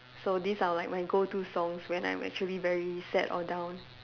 so these are like my go to songs when I'm actually very sad or down